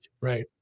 Right